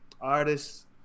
artists